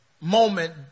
moment